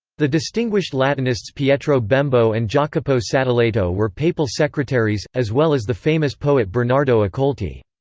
the distinguished latinists pietro bembo and jacopo sadoleto were papal secretaries, as well as the famous poet bernardo accolti.